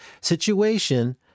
situation